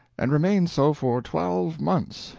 and remained so for twelve months,